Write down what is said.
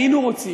היינו רוצים,